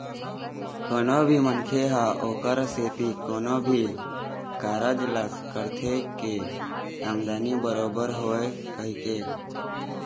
कोनो भी मनखे ह ओखरे सेती कोनो भी कारज ल करथे के आमदानी बरोबर होवय कहिके